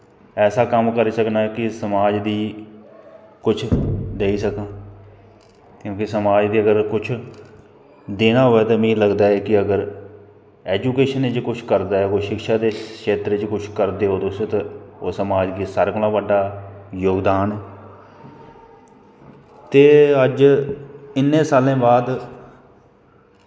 ऐसा कम्म करी सकनां कि समाज गी कुछ देई सकां क्योंकि समाज दे अगर कुछ देना होऐ ते मिगी लगदा ऐ कि अगर ऐजुकेशन च कुछ करदा ऐ कोई शिक्षा दे क्षेत्र च कुछ करदे ओ तुस ते ओह् समाज दी सारें कोली बड्डा जोगदान ऐ ते अज्ज इन्ने साल्लें बाद